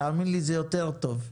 תאמין לי, זה יותר טוב.